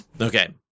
Okay